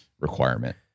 requirement